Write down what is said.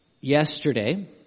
yesterday